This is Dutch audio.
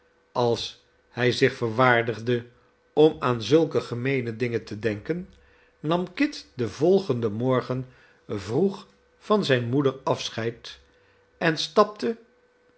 als hij zich verwaardigde om aan zulke gemeene dingen te denken nam kit den volgenden morgen vroeg van zyne moeder afscheid en stapte